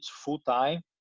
full-time